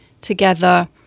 together